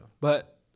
But-